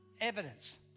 evidence